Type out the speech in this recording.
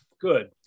Good